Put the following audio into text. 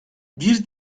bir